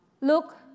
Look